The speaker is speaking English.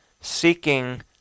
Seeking